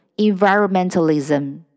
environmentalism